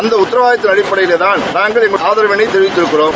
அந்த உத்தரவாதத்தின் அடிப்படையில்தான் நாங்கள் ளங்கள் ஆதரவினை தெரிவித்திருக்கிறோம்